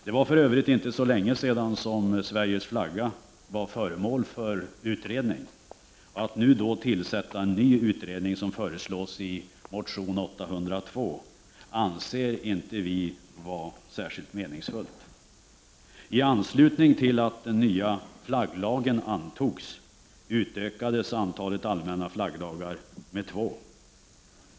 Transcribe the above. Det är för övrigt inte så länge sedan Sveriges flagga var föremål för utredning. Att nu tillsätta en ny utredning, som föreslås i motion 802, anser vi därför inte vara särskilt meningsfullt. I anslutning till att den nya flagglagen antogs utökades antalet allmänna flaggdagar med två.